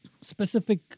specific